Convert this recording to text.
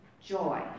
joy